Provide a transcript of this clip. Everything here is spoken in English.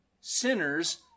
sinners